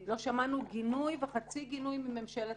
לא שמענו גינוי וחצי גינוי מממשלת